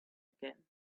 again